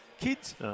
kids